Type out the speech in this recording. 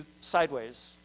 sideways